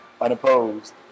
unopposed